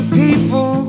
people